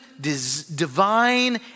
divine